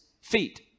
feet